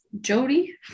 Jody